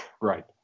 Right